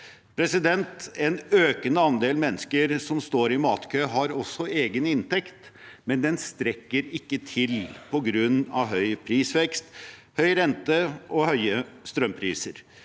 budsjett. En økende andel av menneskene som står i matkø, har egen inntekt, men den strekker ikke til på grunn av høy prisvekst, høy rente og høye strømpriser.